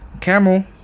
camel